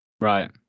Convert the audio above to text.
right